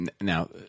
Now